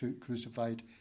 crucified